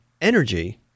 energy